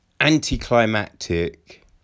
anticlimactic